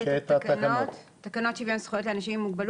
שמבקש לתגבר את האוטובוסים שלו בבית שמש.